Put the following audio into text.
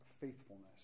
faithfulness